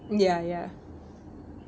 ya ya